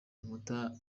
inkuta